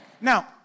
Now